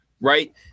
right